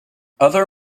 other